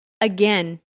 again